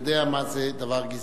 יודע מה זה דבר גזעני.